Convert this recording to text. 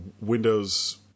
Windows